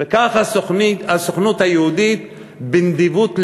וכך הסוכנות היהודית, בנדיבות לבה,